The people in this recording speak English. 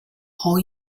all